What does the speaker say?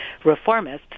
reformists